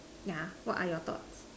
yeah what are your thoughts